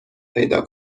پیدا